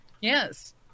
Yes